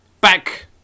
back